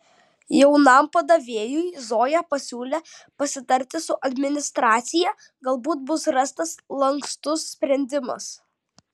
jaunam padavėjui zoja pasiūlė pasitarti su administracija galbūt bus rastas lankstus sprendimas